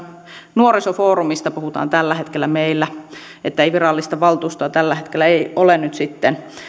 nuorisofoorumista puhutaan tällä hetkellä että virallista valtuustoa ei tällä hetkellä ole nyt sitten